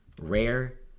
Rare